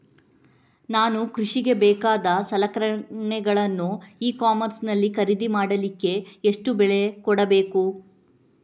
ನಾನು ಕೃಷಿಗೆ ಬೇಕಾದ ಸಲಕರಣೆಗಳನ್ನು ಇ ಕಾಮರ್ಸ್ ನಲ್ಲಿ ಖರೀದಿ ಮಾಡಲಿಕ್ಕೆ ಎಷ್ಟು ಬೆಲೆ ಕೊಡಬೇಕು?